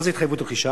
מה זה התחייבות רכישה?